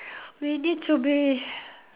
we need to be